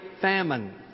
famine